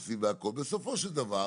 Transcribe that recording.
שבסופו של דבר,